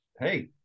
Hey